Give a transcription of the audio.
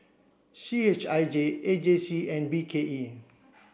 C H I J A J C and B K E